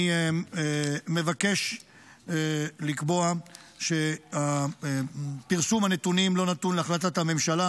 אני מבקש לקבוע שפרסום הנתונים לא נתון להחלטת הממשלה.